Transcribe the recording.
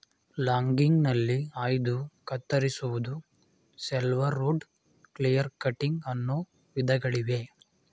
ಲಾಗಿಂಗ್ಗ್ನಲ್ಲಿ ಆಯ್ದು ಕತ್ತರಿಸುವುದು, shelterwood, clear cutting ಅನ್ನೋ ವಿಧಗಳಿವೆ